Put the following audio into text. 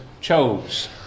chose